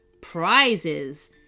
prizes